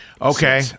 Okay